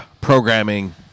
programming